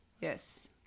Yes